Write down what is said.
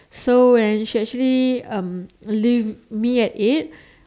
so when she actually um leave me at it